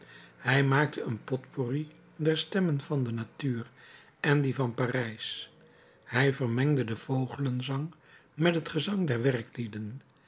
hij maakte een potpourri der stemmen van de natuur en die van parijs hij vermengde den vogelenzang met het gezang der